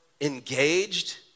engaged